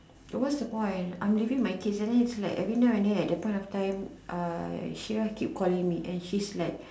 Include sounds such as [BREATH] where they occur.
no what's the point I'm leaving my kids and then it's like every now and then at that point of time uh she always keep calling me and she's like [BREATH]